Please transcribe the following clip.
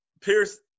Pierce